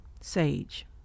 sage